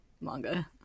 manga